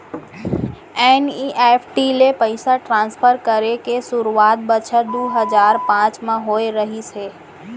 NEFT ले पइसा transfer करे के सुरूवात बछर दू हजार पॉंच म होय रहिस हे